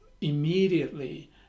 immediately